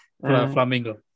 Flamingo